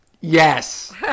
Yes